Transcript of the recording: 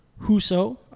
Huso